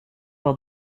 par